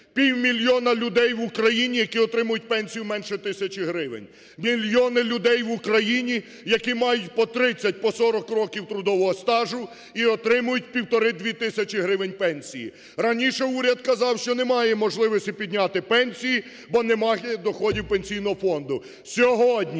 Півмільйона людей в Україні, які отримують пенсію менше тисячі гривень. Мільйони людей в Україні, які мають по 30, по 40 років трудового стажу і отримують 1,5-2 тисячі гривень пенсії. Раніше уряд казав, що не має можливості підняти пенсії, бо немає доходів Пенсійного фонду.